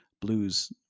blues